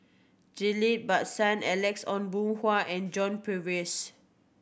Ghillie Basan Alex Ong Boon Hau and John Purvis